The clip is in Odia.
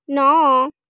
ନଅ